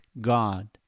God